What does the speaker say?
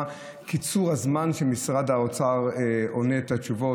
זה הוא קיצור הזמן שמשרד האוצר עונה את התשובות.